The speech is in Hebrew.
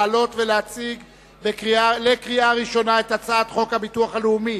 לעלות ולהציג לקריאה ראשונה את הצעת חוק הביטוח הלאומי